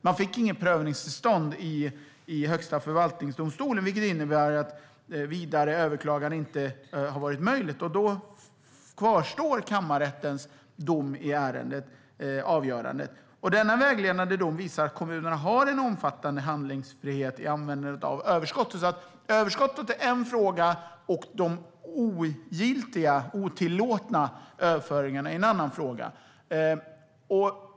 Man fick inget prövningstillstånd i Högsta förvaltningsdomstolen, vilket innebär att vidare överklagande inte har varit möjligt. Då kvarstår Kammarrättens dom i ärendet. Denna vägledande dom visar att kommunerna har en omfattande handlingsfrihet i användandet av överskottet. Överskottet är en fråga och de otillåtna överföringarna är en annan fråga.